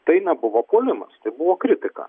tai nebuvo puolimas tai buvo kritika